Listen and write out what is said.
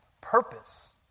purpose